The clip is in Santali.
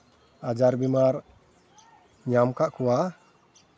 ᱟᱡᱟᱨ ᱵᱤᱢᱟᱨ ᱧᱟᱢᱠᱟᱜ ᱠᱚᱣᱟ